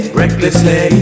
recklessly